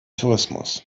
tourismus